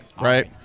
Right